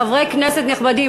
חברי כנסת נכבדים,